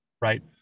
right